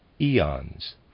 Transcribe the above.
eons